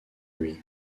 lui